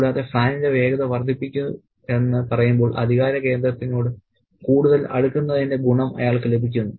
കൂടാതെ ഫാനിന്റെ വേഗത വർദ്ധിപ്പിക്കൂ എന്ന് പറയുമ്പോൾ അധികാര കേന്ദ്രത്തിനോട് കൂടുതൽ അടുക്കുന്നതിന്റെ ഗുണം അയാൾക്ക് ലഭിക്കുന്നു